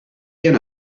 ian